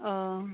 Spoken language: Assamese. অঁ